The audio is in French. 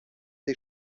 des